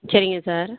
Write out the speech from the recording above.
சரிங்க சார்